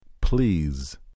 Please